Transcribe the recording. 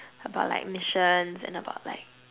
about like missions and about like